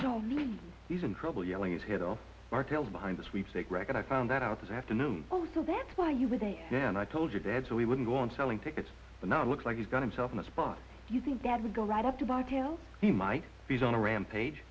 tell me he's in trouble yelling it's head on our tails behind a sweepstake record i found that out this afternoon oh so that's why you were the yeah and i told your dad so he wouldn't go on selling tickets but now it looks like he's got himself in a spot you think that would go right up to barksdale he might freeze on a rampage